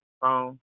phone